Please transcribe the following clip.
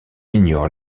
ignore